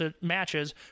matches